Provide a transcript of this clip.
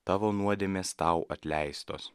tavo nuodėmės tau atleistos